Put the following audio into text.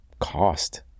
cost